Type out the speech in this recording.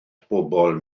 bobl